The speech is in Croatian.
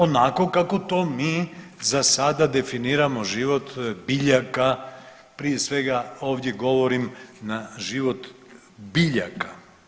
Onako kako to mi za sada definiramo život biljaka, prije svega ovdje govorim na život biljaka.